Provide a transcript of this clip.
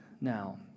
now